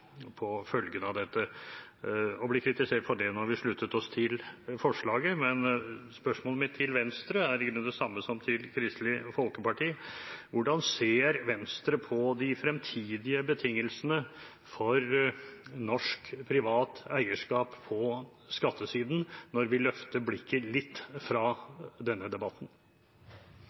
på følgene av dette. Vi blir kritisert for det når vi slutter oss til forslaget. Men spørsmålet mitt til Venstre er i grunnen det samme som jeg hadde til Kristelig Folkeparti: Hvordan ser Venstre på de fremtidige betingelsene for norsk privat eierskap på skattesiden når vi løfter blikket litt fra denne debatten?